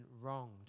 wronged